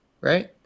right